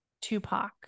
Tupac